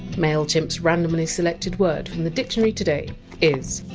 mailchimp! s randomly selected word from the dictionary today is!